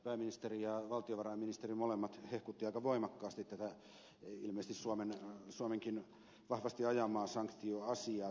pääministeri ja valtiovarainministeri molemmat hehkuttivat aika voimakkaasti tätä ilmeisesti suomenkin vahvasti ajamaa sanktioasiaa tämän keskustelun aikana